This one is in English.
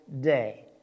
day